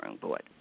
board